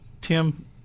tim